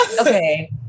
Okay